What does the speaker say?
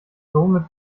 somit